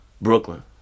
Brooklyn